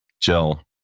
Jill